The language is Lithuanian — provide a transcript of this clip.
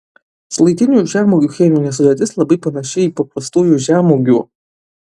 šlaitinių žemuogių cheminė sudėtis labai panaši į paprastųjų žemuogių